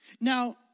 Now